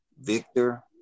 Victor